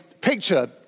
picture